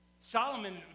Solomon